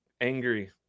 angry